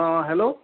অঁ হেল্ল'